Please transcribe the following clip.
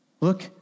Look